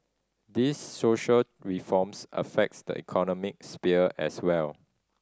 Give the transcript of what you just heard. these social reforms affects the economic sphere as well